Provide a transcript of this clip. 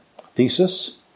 thesis